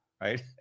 right